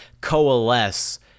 coalesce